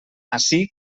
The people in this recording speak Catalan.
ací